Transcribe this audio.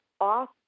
off